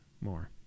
more